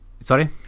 sorry